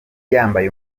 yambaye